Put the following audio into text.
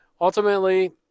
Ultimately